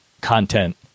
content